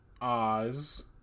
Oz